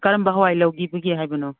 ꯀꯔꯝꯕ ꯍꯋꯥꯏ ꯂꯧꯕꯤꯒꯦ ꯍꯥꯏꯕꯅꯣ